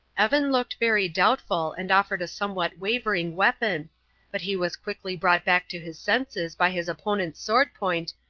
evan looked very doubtful and offered a somewhat wavering weapon but he was quickly brought back to his senses by his opponent's sword-point,